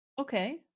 Okay